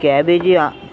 cabbage